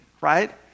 right